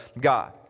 God